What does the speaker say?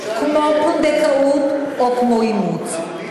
כמו פונדקאות או כמו אימוץ.